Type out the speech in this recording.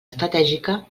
estratègica